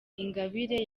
ingabire